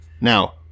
Now